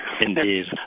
indeed